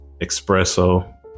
espresso